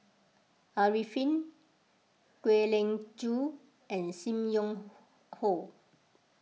Arifin Kwek Leng Joo and Sim Wong Hoo